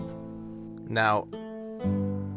Now